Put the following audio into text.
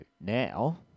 now